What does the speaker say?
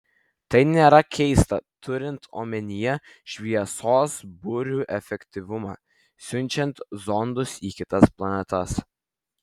tai nėra keista turint omenyje šviesos burių efektyvumą siunčiant zondus į kitas planetas